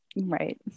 Right